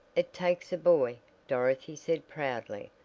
it takes a boy, dorothy said proudly,